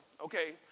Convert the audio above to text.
okay